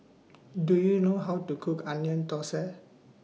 Do YOU know How to Cook Onion Thosai